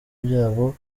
byabo